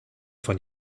von